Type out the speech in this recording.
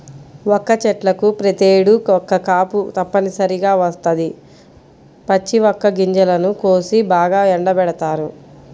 వక్క చెట్లకు ప్రతేడు ఒక్క కాపు తప్పనిసరిగా వత్తది, పచ్చి వక్క గింజలను కోసి బాగా ఎండబెడతారు